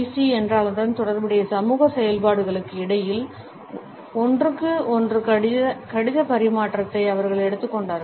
C மற்றும் அதனுடன் தொடர்புடைய சமூக செயல்பாடுகளுக்கு இடையில் ஒன்றுக்கு ஒன்று கடிதப் பரிமாற்றத்தை அவர்கள் எடுத்துக் கொண்டனர்